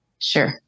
Sure